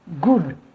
good